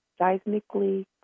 seismically